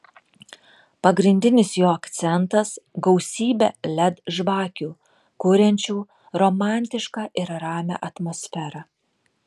pagrindinis jo akcentas gausybė led žvakių kuriančių romantišką ir ramią atmosferą